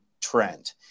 trend